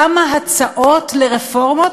כמה הצעות לרפורמות?